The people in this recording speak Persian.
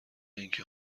اینکه